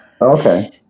Okay